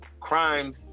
crimes